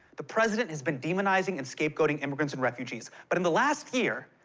the president has been demonizing and scapegoating immigrants and refugees. but in the last year,